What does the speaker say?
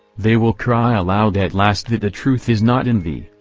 they will cry aloud at last that the truth is not in thee,